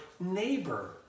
neighbor